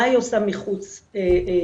מה היא עושה מחוץ למשטרה?